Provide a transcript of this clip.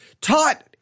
taught